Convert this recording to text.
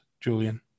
Julian